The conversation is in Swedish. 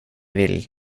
vill